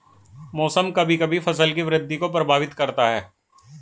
मौसम कभी कभी फसल की वृद्धि को प्रभावित करता है